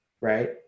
right